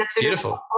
beautiful